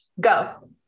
Go